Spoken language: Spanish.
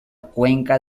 cuenca